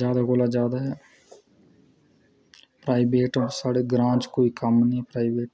जादै कोला जादै प्राईवेट साढ़े ग्रांऽ च कोई कम्म निं प्राईवेट